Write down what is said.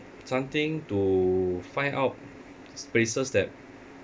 something to find out places that